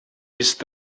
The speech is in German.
ist